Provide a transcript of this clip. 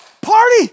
party